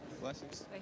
blessings